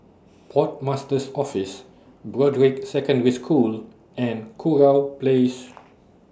Port Master's Office Broadrick Secondary School and Kurau Place